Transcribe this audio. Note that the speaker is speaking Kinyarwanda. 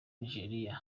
nigeria